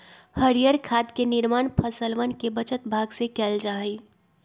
हरीयर खाद के निर्माण फसलवन के बचल भाग से कइल जा हई